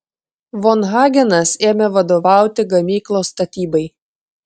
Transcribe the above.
von hagenas ėmė vadovauti gamyklos statybai